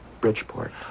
Bridgeport